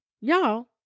Y'all